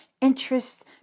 interest